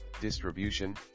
distribution